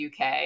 UK